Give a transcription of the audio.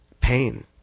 pain